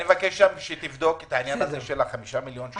אני מבקש שתבדוק את העניין של ה-5 מיליון שקל לתאונות עבודה.